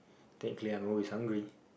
technically I'm always hungry